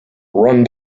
run